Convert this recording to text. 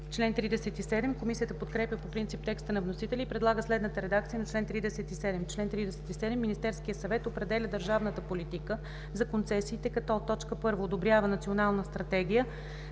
(КЗК).“ Комисията подкрепя по принцип текста на вносителя и предлага следната редакция на чл. 37: „Чл. 37. Министерският съвет определя държавната политика за концесиите, като: 1. одобрява Национална стратегия